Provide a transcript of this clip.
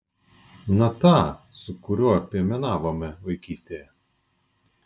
na tą su kuriuo piemenavome vaikystėje